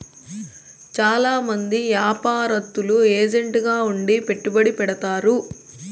చాలా మంది యాపారత్తులు ఏజెంట్ గా ఉండి పెట్టుబడి పెడతారు